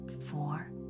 four